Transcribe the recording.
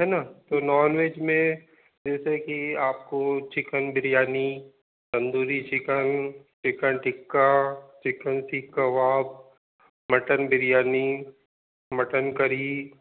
है न तो नॉनवेज में जैसे कि आपको chicken biryani tandoori chicken chicken tikka chicken seekh kebab mutton biryani mutton करी